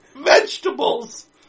vegetables